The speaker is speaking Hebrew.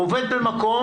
הוא עובד במקום.